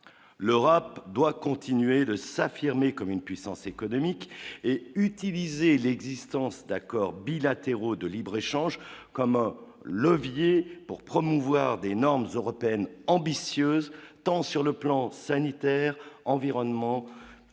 l'Europe doit continuer de s'affirmer comme une puissance économique et utiliser l'existence d'accords bilatéraux de libre-échange comme un levier pour promouvoir des normes européennes ambitieuse tant sur le plan sanitaire environnement